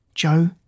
Joe